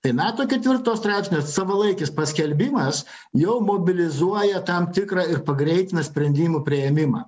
tai nato ketvirto straipsnio savalaikis paskelbimas jau mobilizuoja tam tikrą ir pagreitina sprendimų priėmimą